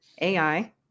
AI